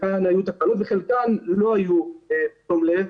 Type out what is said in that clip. חלקם היו תקלות וחלקם לא היו בתום לב,